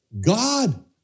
God